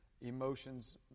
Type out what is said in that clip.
emotions